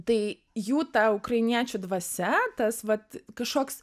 tai jų ta ukrainiečių dvasia tas vat kažkoks